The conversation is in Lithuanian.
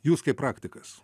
jūs kaip praktikas